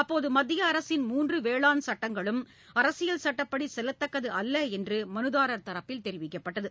அப்போது மத்திய அரசின் மூன்று வேளானர் சட்டங்களும் அரசியல் சட்டப்படி செல்லத்தக்கது அல்ல என்று மனுதாரர் தரப்பில் தெரிவிக்கப்பட்டது